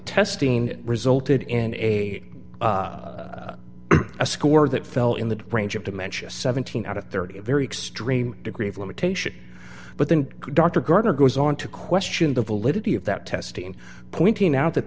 testing resulted in a score that fell in the range of dimentia seventeen out of thirty a very extreme degree of limitation but then dr gardner goes on to question the validity of that testing pointing out that